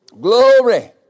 Glory